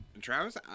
Travis